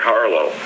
Carlo